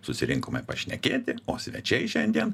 susirinkome pašnekėti o svečiai šiandien